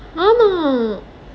ஆமா:aamaa